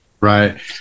right